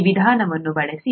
ಈ ವಿಧಾನವನ್ನು ಬಳಸಿ